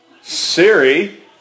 Siri